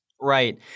Right